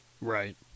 Right